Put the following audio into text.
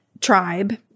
tribe